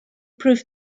prove